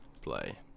play